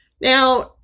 Now